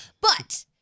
But-